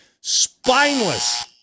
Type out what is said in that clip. spineless